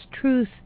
truth